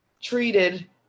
treated